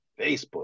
Facebook